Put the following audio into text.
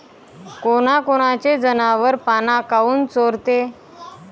कोनकोनचे जनावरं पाना काऊन चोरते?